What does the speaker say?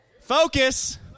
Focus